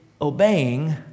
obeying